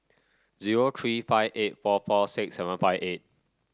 zero three five eight four four six seven five eight